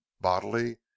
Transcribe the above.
bodily